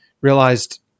realized